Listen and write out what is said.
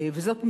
וזאת,